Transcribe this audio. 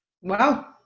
Wow